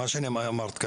מה שאמרת כאן,